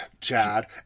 Chad